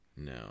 No